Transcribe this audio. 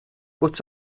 but